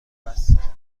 است